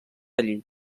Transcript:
allí